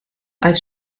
als